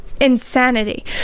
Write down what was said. Insanity